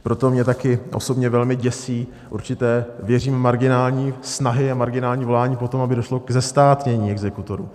Proto mě taky osobně velmi děsí určité věřím marginální snahy a marginální volání po tom, aby došlo k zestátnění exekutorů.